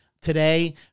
Today